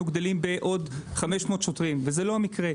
גדלים בעוד 500 שוטרים וזה לא המקרה.